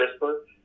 CRISPR